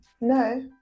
no